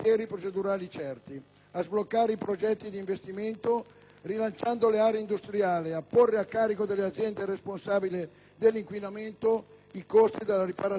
a sbloccare i progetti di investimento, rilanciando le aree industriali; a porre a carico delle aziende responsabili dell'inquinamento i costi della riparazione del danno ambientale.